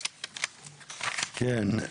כן,